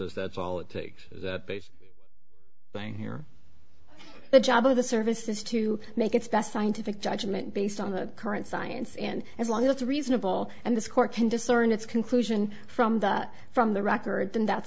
alice's that's all it takes that base thing here job of the service is to make its best scientific judgment based on the current science and as long as it's reasonable and this court can discern its conclusion from the from the record then that's